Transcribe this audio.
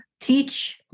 teach